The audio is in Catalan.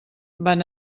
van